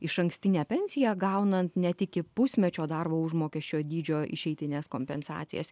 išankstinę pensiją gaunant net iki pusmečio darbo užmokesčio dydžio išeitines kompensacijas